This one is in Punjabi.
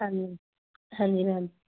ਹਾਂਜੀ ਹਾਂਜੀ ਮੈਮ